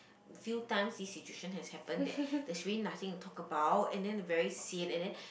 few times this situation has happened that there's really nothing to talk about and then very sian and then